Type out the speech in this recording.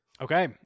Okay